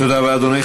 תודה רבה, אדוני.